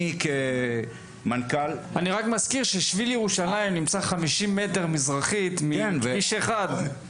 אני רק מזכיר ששביל ירושלים נמצא כ-50 מטר מזרחה מכביש אחד,